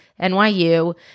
NYU